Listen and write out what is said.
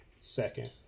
second